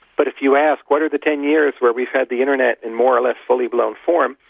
but if you ask what are the ten years where we've had the internet in more or less fully blown form?